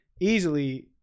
easily